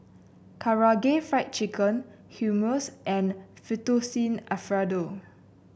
Karaage Fried Chicken Hummus and Fettuccine Alfredo